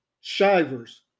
Shivers